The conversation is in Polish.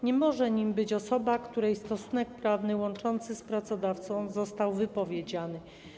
Nie może nim być osoba, której stosunek prawny łączący ją z pracodawcą został wypowiedziany.